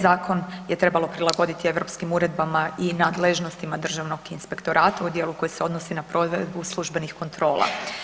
Zakon je trebalo prilagoditi europskim uredbama i nadležnostima Državnog inspektorata u dijelu koji se odnosi na provedbu službenih kontrola.